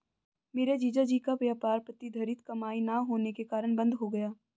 मेरे जीजा जी का व्यापार प्रतिधरित कमाई ना होने के कारण बंद हो गया